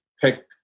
pick